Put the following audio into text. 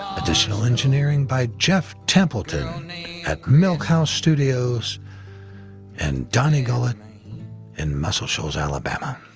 additional engineering by jeff templeton at milk house studios and donny gullet in muscle shoals, alabama.